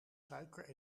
suiker